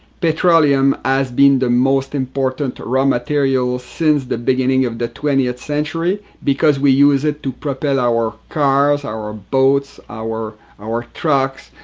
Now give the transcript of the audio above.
petroleum has been the most important raw material since the beginning of the twentieth century because we use it to propel our cars, our ah boats, our our trucks,